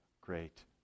great